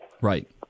Right